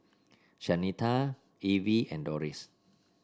Shanita Evie and Doris